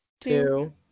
two